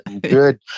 Good